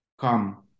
come